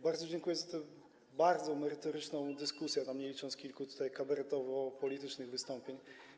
Bardzo dziękuję za tę bardzo merytoryczną dyskusję, nie licząc kilku kabaretowo-politycznych wystąpień.